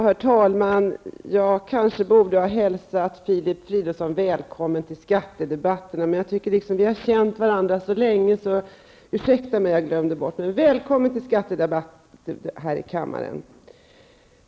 Herr talman! Jag kanske borde ha hälsat Filip Ursäkta att jag glömde det, men vi har känt varandra så länge. Välkommen till skattedebatterna här i kammaren.